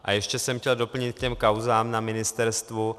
A ještě jsem chtěl doplnit k těm kauzám na ministerstvu.